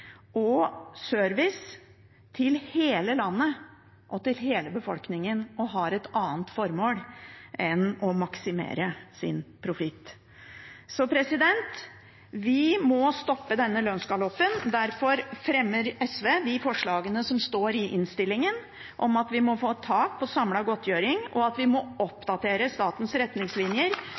og service til hele landet og til hele befolkningen og har et annet formål enn å maksimere sin profitt. Vi må stoppe denne lønnsgaloppen. Derfor fremmer SV de forslagene som står i innstillingen, om at vi må få et tak på samlet godtgjøring, og at vi må oppdatere statens retningslinjer